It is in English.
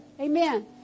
Amen